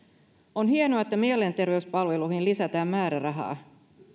on hienoa että mielenterveyspalveluihin lisätään määrärahaa mutta